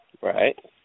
Right